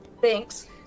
thanks